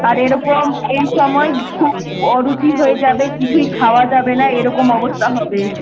আর এরকম এই সময় খুব অরুচি হয়ে যাবে কিছুই খাওয়া যাবে না এরকম অবস্থা হবে